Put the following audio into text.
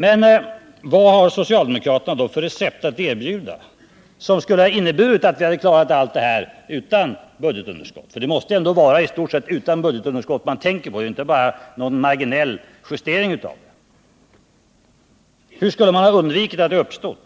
Men vad har då socialdemokraterna för recept att erbjuda, som skulle ha möjliggjort att vi hade klarat allt detta utan budgetunderskott — för det måste ändå i stort sett vara hela budgetunderskottet man tänker på, inte bara någon marginell justering av det? Hur skulle man ha undvikit att det uppstår